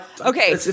Okay